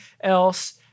else